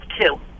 two